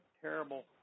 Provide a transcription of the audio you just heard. terrible